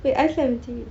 wait ice lemon tea